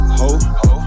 ho